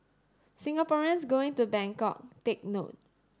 Singaporeans going to Bangkok take note